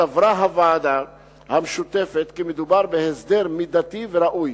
סברה הוועדה המשותפת כי מדובר בהסדר מידתי וראוי.